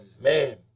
man